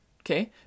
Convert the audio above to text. Okay